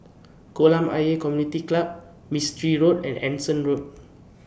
Kolam Ayer Community Club Mistri Road and Anson Road